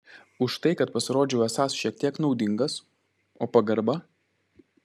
už tai kad pasirodžiau esąs šiek tiek naudingas o pagarba